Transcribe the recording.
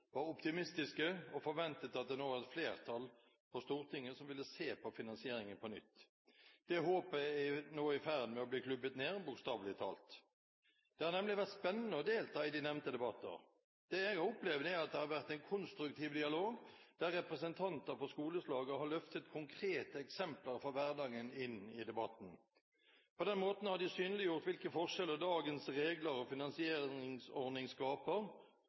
var optimistiske og forventet at det nå var et flertall på Stortinget som ville se på finansieringen på nytt. Det håpet er nå i ferd med å bli klubbet ned, bokstavelig talt. Det har nemlig vært spennende å delta i de nevnte debatter. Det jeg har opplevd, er at det har vært en konstruktiv dialog der representanter for skoleslaget har løftet konkrete eksempler fra hverdagen inn i debatten. På den måten har de synliggjort hvilke forskjeller dagens regler og finansieringsordning skaper.